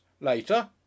Later